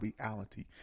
reality